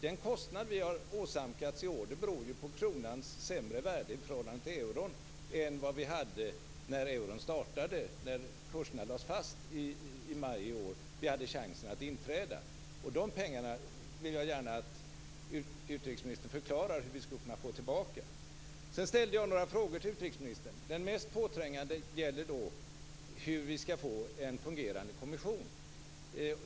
Den kostnad vi har åsamkats för detta år beror på att kronans värde i förhållande till euron var sämre när kurserna lades fast i maj, och vi hade chansen att inträda, än den var när euron infördes. Jag vill gärna att utrikesministern förklarar hur vi skall kunna få de pengarna tillbaka. Sedan ställde jag några frågor till utrikesministern. Den mest påträngande gäller hur vi skall få en fungerande kommission.